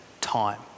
time